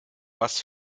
was